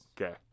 Okay